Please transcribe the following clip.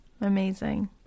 Amazing